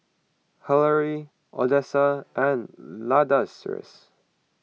Hilary Odessa and Ladarius